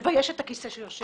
שמבייש את הכיסא שהוא יושב עליו.